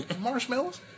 Marshmallows